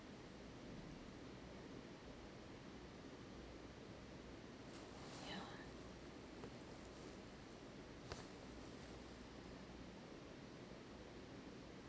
jau ah